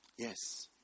Yes